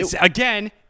Again